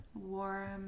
warm